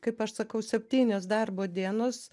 kaip aš sakau septynios darbo dienos